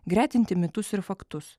gretinti mitus ir faktus